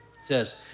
says